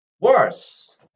Worse